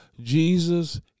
Jesus